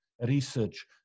research